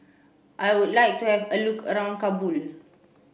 I would like to have a look around Kabul